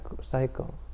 cycle